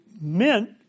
meant